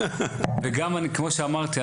וגם כמו שאמרתי,